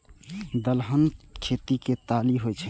दलहन के खेती सं दालि होइ छै